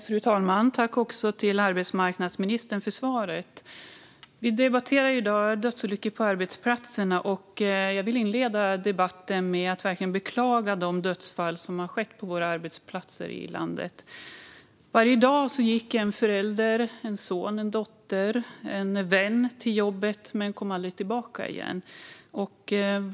Fru talman! Tack, arbetsmarknadsministern, för svaret! Vi debatterar i dag dödsolyckor på arbetsplatserna, och jag vill inleda med att verkligen beklaga de dödsfall som skett på arbetsplatserna i vårt land. Dessa dagar gick en förälder, son, dotter eller vän till jobbet men kom aldrig tillbaka igen.